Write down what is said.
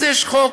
אז יש חוק